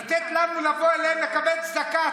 לתת לנו, לבוא אליהם, לקבל צדקה.